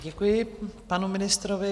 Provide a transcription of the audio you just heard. Děkuji panu ministrovi.